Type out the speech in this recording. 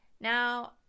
Now